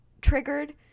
triggered